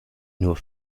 nur